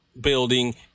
building